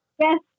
Yes